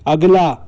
अगला